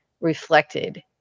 reflected